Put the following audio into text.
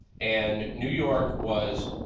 and new york was